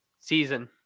season